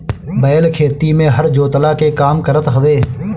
बैल खेती में हर जोतला के काम करत हवे